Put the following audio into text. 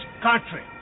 country